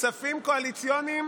כספים קואליציוניים